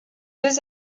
deux